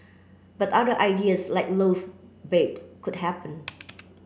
but other ideas like loft bed could happen